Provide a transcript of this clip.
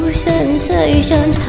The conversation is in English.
sensation